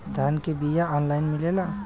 धान के बिया ऑनलाइन मिलेला?